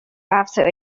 after